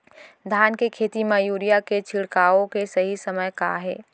धान के खेती मा यूरिया के छिड़काओ के सही समय का हे?